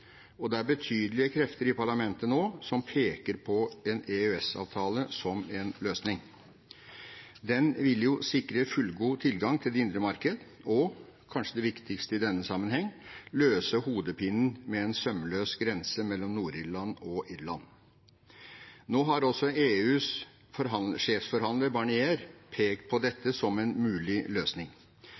og det er betydelige krefter i parlamentet nå som peker på en EØS-avtale som en løsning. Den vil jo sikre fullgod tilgang til det indre marked og – kanskje det viktigste i denne sammenheng – løse hodepinen med en sømløs grense mellom Nord-Irland og Irland. Nå har også EUs sjefsforhandler, Barnier, pekt på dette som en mulig løsning.